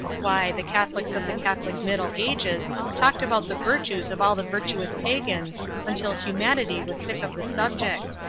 why, the catholics of the catholic middle ages talked about the virtues of all the virtuous pagans until humanity was sick of the subject.